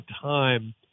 time